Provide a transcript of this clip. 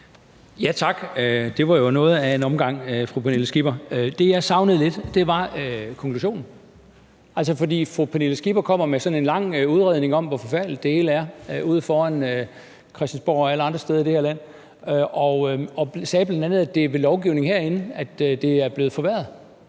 Tak. Det var jo noget af en omgang, fru Pernille Skipper. Det, jeg savnede lidt, var konklusionen. Fru Pernille Skipper kommer med sådan en lang udredning om, hvor forfærdeligt det hele er ude foran Christiansborg og alle andre steder i det her land, og sagde bl.a., at det er blevet forværret